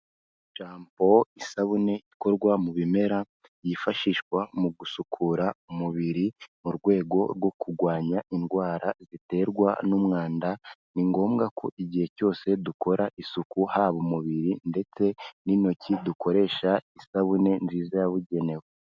Shapo isabune ikorwa mu bimera yifashishwa mu gusukura umubiri mu rwego rwo kurwanya indwara ziterwa n'umwanda. Ni ngombwa ko igihe cyose dukora isuku haba umubiri ndetse n'intoki dukoresha isabune nziza yabugenewe.